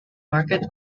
market